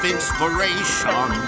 inspiration